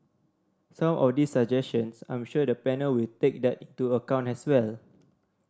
some of these suggestions I'm sure the panel will take that into account as well